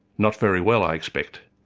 not very well, i expect,